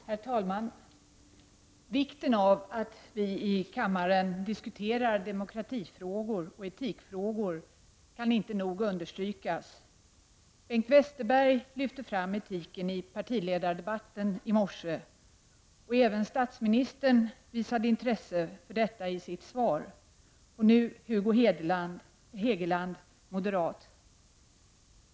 Herr talman! Vikten av att vi i kammaren diskuterar demokratifrågor och etikfrågor kan inte nog understrykas. Bengt Westerberg lyfte fram etiken i partiledardebatten i morse. Även statsministern visade intresse för detta i sitt svar, och detsamma gjorde nu moderaten Hugo Hegeland.